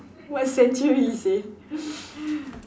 what century he say